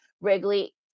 Wrigley